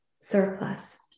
surplus